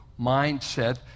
mindset